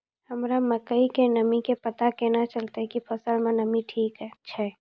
हमरा मकई के नमी के पता केना चलतै कि फसल मे नमी ठीक छै?